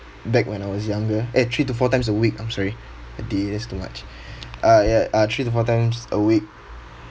back when I was younger eh three to four times a week I'm sorry a day there's too much ah ya uh three to four times a week